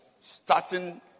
starting